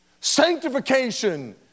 Sanctification